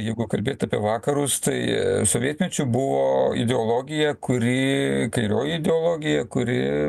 jeigu kalbėt apie vakarus tai sovietmečiu buvo ideologija kuri kairioji ideologija kuri